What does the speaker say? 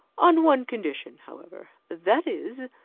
on one condition, however that is,